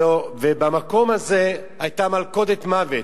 במקום הזה היתה מלכודת מוות,